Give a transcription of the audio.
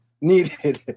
needed